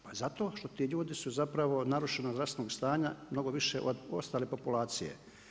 Pa zato što ti ljudi su zapravo narušenog zdravstvenog stanja mnogo više od ostale populacije.